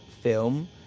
film